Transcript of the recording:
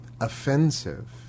offensive